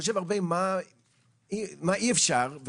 חושב הרבה על מה אי אפשר לעשות,